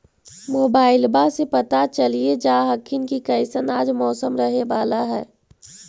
मोबाईलबा से पता चलिये जा हखिन की कैसन आज मौसम रहे बाला है?